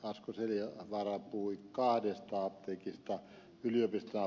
asko seljavaara puhui kahdesta yliopiston apteekista